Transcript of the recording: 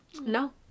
No